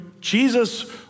Jesus